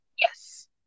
Yes